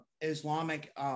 Islamic